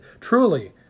Truly